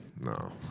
no